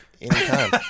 anytime